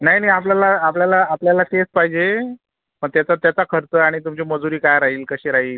नाही नाही आपल्याला आपल्याला आपल्याला तेच पाहिजे पण त्याचा त्याचा खर्च आणि तुमची मजुरी काय राहील कशी राहील